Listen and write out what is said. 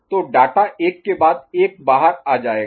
तो डाटा एक के बाद एक बाहर आ जायेगा